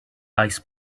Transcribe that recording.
ice